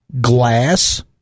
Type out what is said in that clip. Glass